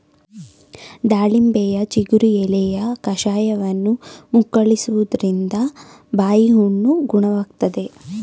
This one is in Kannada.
ದಾಳಿಂಬೆಯ ಚಿಗುರು ಎಲೆಯ ಕಷಾಯವನ್ನು ಮುಕ್ಕಳಿಸುವುದ್ರಿಂದ ಬಾಯಿಹುಣ್ಣು ಗುಣವಾಗ್ತದೆ